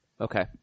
Okay